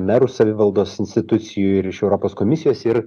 merų savivaldos institucijų ir iš europos komisijos ir